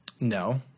No